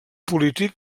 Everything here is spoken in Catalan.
polític